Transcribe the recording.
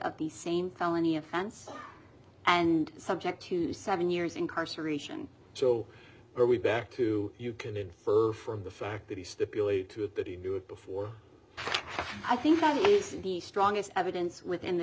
of the same felony offense and subject to seven years incarceration so are we back to you can infer from the fact that he stipulate to it that he knew it before i think i'll use the strongest evidence within the